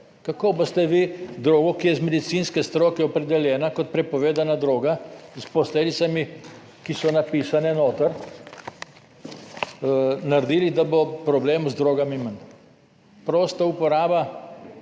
Kako boste vi drogo, ki je iz medicinske stroke opredeljena kot prepovedana droga s posledicami, ki so napisane noter, naredili, da bo problemov z drogami manj? Prosta uporaba